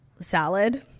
salad